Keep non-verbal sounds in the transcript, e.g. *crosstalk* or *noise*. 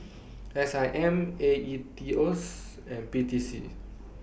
S I M A E T O *unintelligible* and P T C